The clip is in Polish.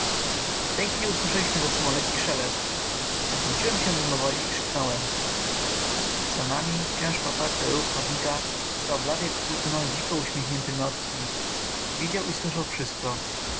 w tej chwili usłyszeliśmy za sobą lekki szelest odwróciłem się mimowoli i krzyknąłem za nami ciężko oparty o róg chłodnika stał blady jak płótno dziko uśmiechnięty norski widział i słyszał wszystko